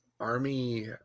Army